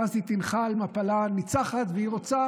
ואז היא תנחל מפלה ניצחת, והיא רוצה